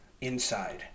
Inside